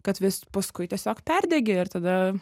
kad vis paskui tiesiog perdegi ir tada